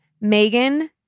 Megan